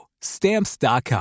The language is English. stamps.com